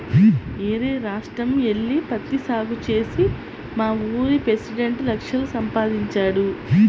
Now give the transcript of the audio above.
యేరే రాష్ట్రం యెల్లి పత్తి సాగు చేసి మావూరి పెసిడెంట్ లక్షలు సంపాదించాడు